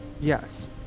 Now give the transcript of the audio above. yes